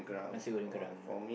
nasi-goreng Garang right